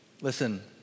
listen